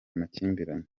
amakimbirane